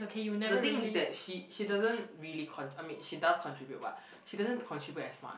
the thing is that she she doesn't really con~ I mean she does contribute but she doesn't contribute as much